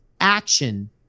action